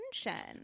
attention